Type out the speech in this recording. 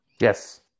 Yes